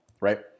right